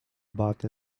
about